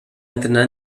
entrenar